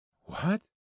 What